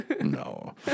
no